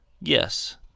Yes